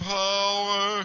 power